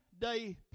day